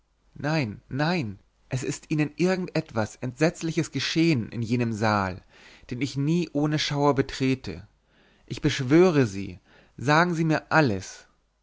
nein nein es ist ihnen irgend etwas entsetzliches geschehen in jenem saal den ich nie ohne schauer betrete ich beschwöre sie sagen sie mir alles